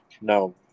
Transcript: No